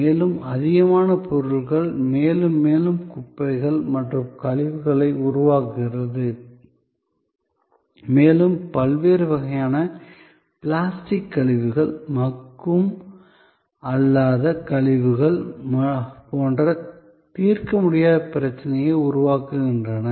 மேலும் அதிகமான பொருட்கள் மேலும் மேலும் குப்பைகள் மற்றும் கழிவுகளை உருவாக்குகிறது மேலும் பல்வேறு வகையான பிளாஸ்டிக் கழிவுகள் மக்கும் அல்லாத கழிவுகள் போன்ற தீர்க்க முடியாத பிரச்சனையை உருவாக்குகின்றன